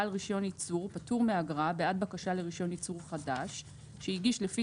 בעל רישיון ייצור פטור מאגרה בעד בקשה לרישיון ייצור חדש שהגיש לפי